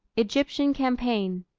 egyptian campaign.